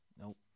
Nope